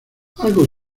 algo